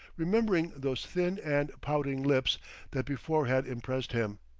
remembering those thin and pouting lips that before had impressed him.